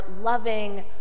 loving